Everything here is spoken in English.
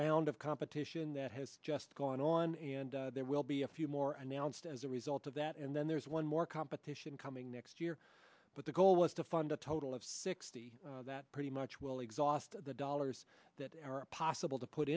round of competition that has just gone on and there will be a few more announced as a result of that and then there's one more competition coming next year but the goal was to find a total of sixty that pretty much will exhaust the dollars that are possible to put